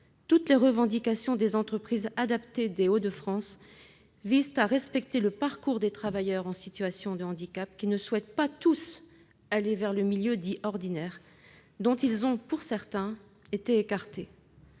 Toutes les revendications des entreprises adaptées des Hauts-de-France visent à respecter le parcours des travailleurs en situation de handicap, qui ne souhaitent pas tous aller vers le milieu dit « ordinaire », dont ils ont, pour certains, été écartés.